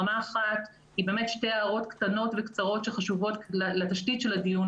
רמה אחת היא שתי הערות קטנות וקצרות שחשובות לתשתית של הדיון